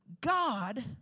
God